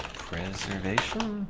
your basement